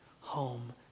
home